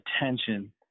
attention